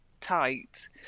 tight